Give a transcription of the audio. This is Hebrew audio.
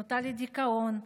נוטה לדיכאון,